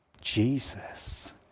Jesus